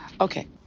Okay